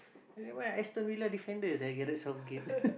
defenders ah Gareth-Southgate